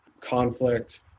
conflict